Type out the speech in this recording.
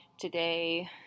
Today